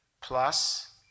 plus